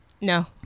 No